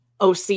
OC